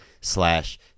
slash